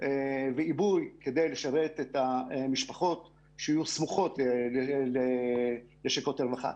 ועיבוי כדי לשרת את המשפחות שיהיו סמוכות לשולחן לשכות הרווחה.